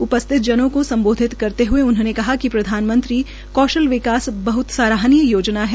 उपस्थित जनों को सम्बोधित करते हुए उन्होंने कहा िक प्रधानमंत्री कौशल विकास बहुत सराहनीय योजना है